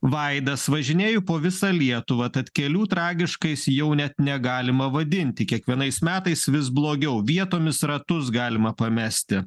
vaidas važinėju po visą lietuvą tad kelių tragiškais jau net negalima vadinti kiekvienais metais vis blogiau vietomis ratus galima pamesti